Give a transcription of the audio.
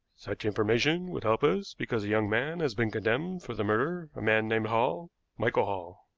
such information would help us, because a young man has been condemned for the murder, a man named hall michael hall.